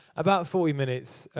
about forty minutes,